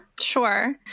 Sure